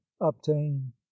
obtain